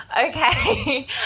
Okay